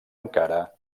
encara